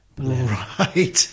right